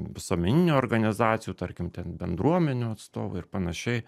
visuomeninių organizacijų tarkim ten bendruomenių atstovai ir panašiai